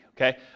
Okay